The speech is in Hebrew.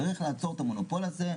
צריך לעצור את המונופול הזה,